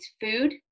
food